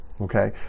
okay